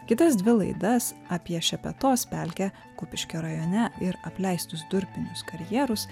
kitas dvi laidas apie šepetos pelkę kupiškio rajone ir apleistus durpinius karjerus